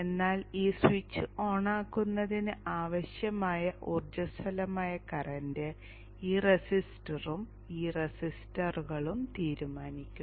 എന്നാൽ ഈ സ്വിച്ച് ഓണാക്കുന്നതിന് ആവശ്യമായ ഊർജ്ജസ്വലമായ കറന്റ് ഈ റെസിസ്റ്ററും ഈ റെസിസ്റ്ററുകളും തീരുമാനിക്കുന്നു